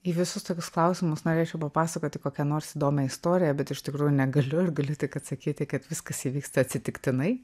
į visus tokius klausimus norėčiau papasakoti kokią nors įdomią istoriją bet iš tikrųjų negaliu ir galiu tik atsakyti kad viskas įvyksta atsitiktinai